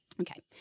Okay